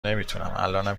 نمیتونم، الانم